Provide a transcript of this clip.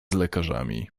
lekarzami